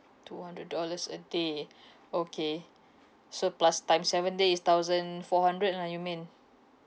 two hundred dollars a day okay so plus time seven day is thousand four hundred lah you mean